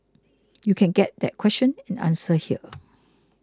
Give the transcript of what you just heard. you can get the question and answer here